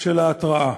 של ההתרעה.